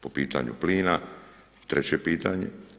Po pitanju plina treće pitanje.